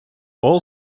all